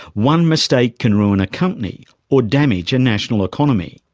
one mistake can ruin a company or damage a national economy.